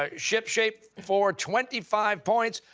ah ship shape. for twenty five points,